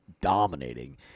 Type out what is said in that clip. dominating